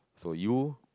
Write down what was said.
so you